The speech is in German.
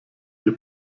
ihr